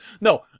no